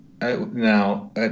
Now